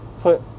put